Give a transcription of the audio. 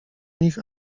nich